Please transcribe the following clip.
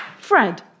Fred